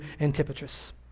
Antipatris